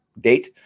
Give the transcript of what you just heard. date